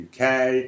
UK